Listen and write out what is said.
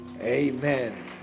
amen